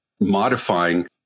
modifying